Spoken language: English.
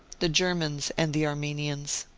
the germans and the armenians.